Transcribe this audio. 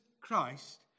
Christ